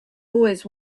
always